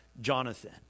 Jonathan